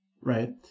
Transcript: right